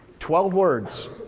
twelve words.